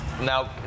Now